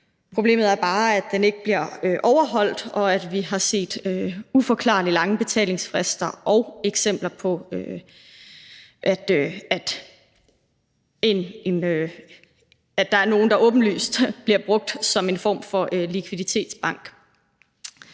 Problemet er bare, at den ikke bliver overholdt, og at vi har set uforklarligt lange betalingsfrister og eksempler på, at der er nogle, der åbenlyst bliver brugt som en form for likviditetsbank.